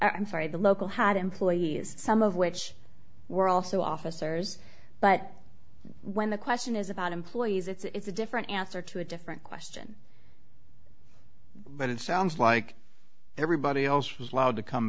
i'm sorry the local had employees some of which were also officers but when the question is about employees it's a different answer to a different question but it sounds like everybody else was allowed to come